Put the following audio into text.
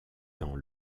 dans